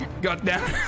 Goddamn